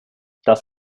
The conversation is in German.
das